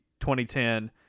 2010